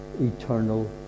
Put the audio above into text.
eternal